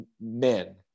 men